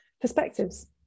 perspectives